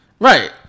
Right